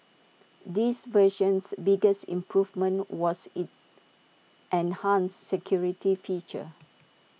this version's biggest improvement was its enhanced security feature